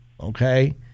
Okay